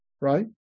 right